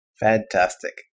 Fantastic